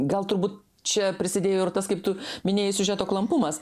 gal turbūt čia prisidėjo ir tas kaip tu minėjai siužeto klampumas